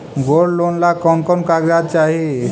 Gold loan ला कौन कौन कागजात चाही?